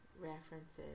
references